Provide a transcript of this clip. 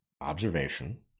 observation